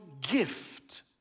gift